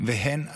והן הלאומית.